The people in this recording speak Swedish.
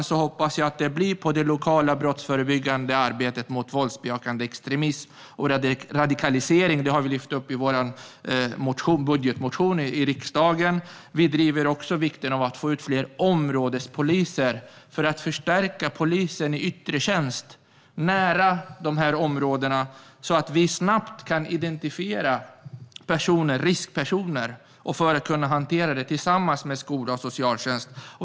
Jag hoppas att det blir på det lokala brottsförebyggande arbetet mot våldsbejakande extremism och radikalisering. Det har vi lyft upp i vår budgetmotion i riksdagen. Vi tar också upp vikten av att få ut fler områdespoliser för att förstärka polisen i yttre tjänst nära dessa områden, så att vi snabbt kan identifiera riskpersoner och kan hantera detta tillsammans med skola och socialtjänst.